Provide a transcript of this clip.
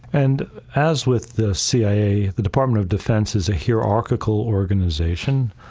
and as with the cia, the department of defense is a hierarchical organization.